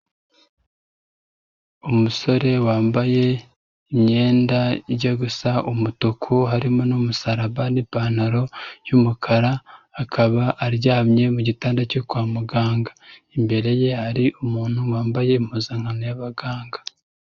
Umusore wambaye imyenda ijya gusa umutuku, harimo n'umusaraba n'ipantaro y'umukara, akaba aryamye mu gitanda cyo kwa muganga. Imbere ye hari umuntu wambaye impuzankano y'abaganga.